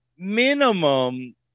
minimum